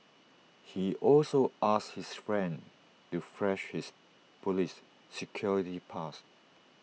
he also asked his friend to flash his Police security pass